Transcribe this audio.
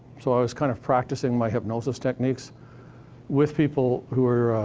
so i was kind of practicing my hypnosis techniques with people who are.